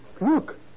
Look